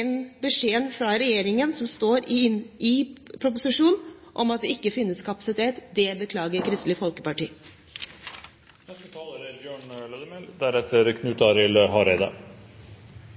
enn beskjeden fra regjeringen, som står i proposisjonen, om at det ikke finnes kapasitet. Det beklager Kristelig